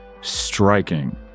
striking